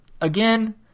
again